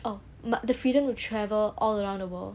oh but the freedom to travel all around the world